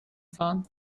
fahren